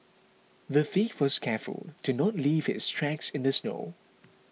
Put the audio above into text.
the thief was careful to not leave his tracks in the snow